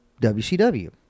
WCW